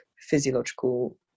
physiological